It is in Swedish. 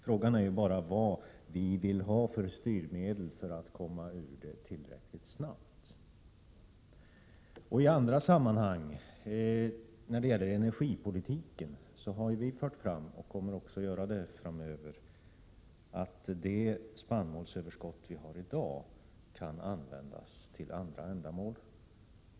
Frågan är bara vad vi vill ha för styrmedel för att komma ur detta tillräckligt snabbt. I andra sammanhang — när det gäller energipolitiken — har vi föreslagit, och kommer också att göra det framöver, att det spannmålsöverskott vi har i dag kan användas till andra ändamål.